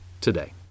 today